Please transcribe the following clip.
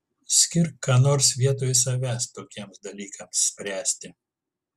skirk ką nors vietoj savęs tokiems dalykams spręsti